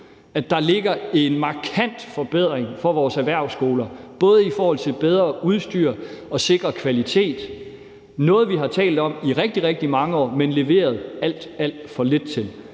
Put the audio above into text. at der ligger en markant forbedring for vores erhvervsskoler både i forhold til bedre udstyr og at sikre kvalitet, noget, vi har talt om i rigtig, rigtig mange år, men leveret alt, alt for lidt til.